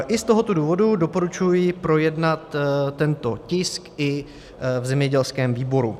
I z tohoto důvodu doporučuji projednat tento tisk i v zemědělském výboru.